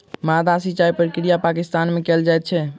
माद्दा सिचाई प्रक्रिया पाकिस्तान में कयल जाइत अछि